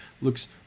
looks